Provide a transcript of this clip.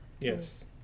Yes